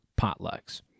potlucks